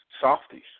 Softies